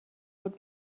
بود